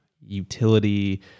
utility